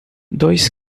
dois